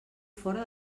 fora